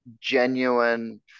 genuine